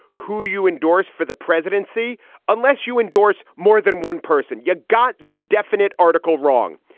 who do you endorse for the presidency unless you endorse more than one person yet got the definite article wrong.